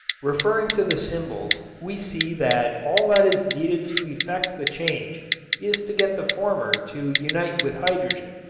referring to the symbols we see that all that is needed to effect the change is to get the former to unite with hydrogen.